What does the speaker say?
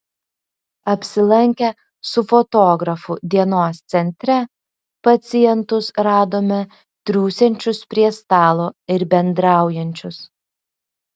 apsilankę su fotografu dienos centre pacientus radome triūsiančius prie stalo ir bendraujančius